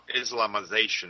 Islamization